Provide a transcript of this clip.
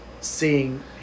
seeing